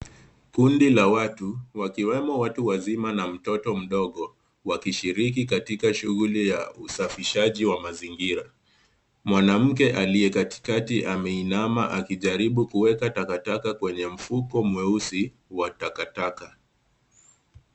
Kundi la watu, wakiwemo watu wazima na mtoto mdogo, wakishiriki katika shughuli ya usafishaji wa mazingira. Mwanamke aliye katikati ameinama akijaribu kuweka takataka kwenye mfuko mweusi wa takataka.